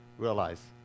realize